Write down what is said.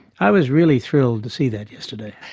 i was really thrilled to see that yesterday.